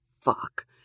Fuck